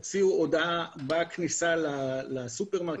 יש רשתות שהוציאו הודעה בכניסה לסופרמרקט,